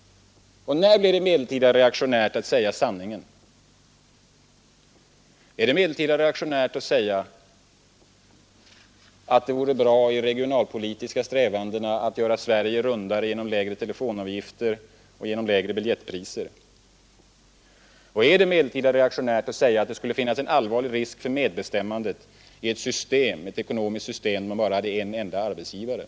När blev det reaktionärt att säga att det antagligen inte skulle vara bra för medbestämmandet i landet, för fackföreningar och för enskilda löntagare, om vi hade ett system med endast en arbetsgivare, som man t.ex. har i östländerna? När blev det reaktionärt att göra dessa konstateranden?